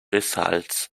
results